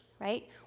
right